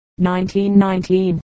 1919